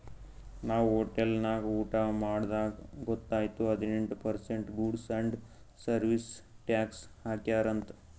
ನಾವ್ ಹೋಟೆಲ್ ನಾಗ್ ಊಟಾ ಮಾಡ್ದಾಗ್ ಗೊತೈಯ್ತು ಹದಿನೆಂಟ್ percent goods and service tax ಹಾಕ್ಯಾರ್ ಅಂತ್